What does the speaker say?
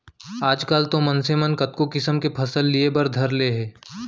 आजकाल तो मनसे मन कतको किसम के फसल लिये बर धर ले हें